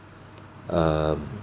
um